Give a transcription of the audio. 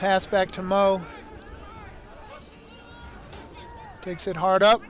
past back to mo takes it hard up